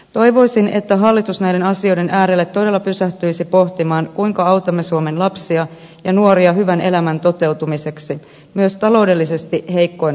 toivoisin että hallitus näiden asioiden äärelle todella pysähtyisi pohtimaan kuinka autamme suomen lapsia ja nuoria hyvän elämän toteutumiseksi myös taloudellisesti heikkoina aikoina